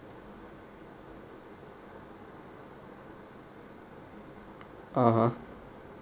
(uh huh)